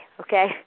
okay